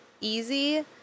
easy